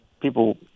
people